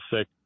sick